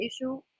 issue